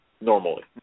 normally